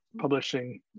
publishing